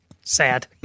sad